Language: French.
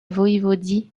voïvodie